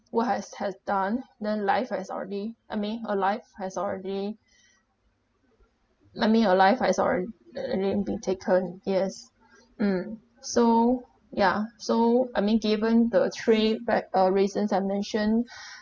what has has done then life has already I mean a life has already I mean a life has alrea~ already being taken yes mm so ya so I mean given the three bre~ uh reasons I mentioned